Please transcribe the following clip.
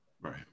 Right